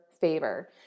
favor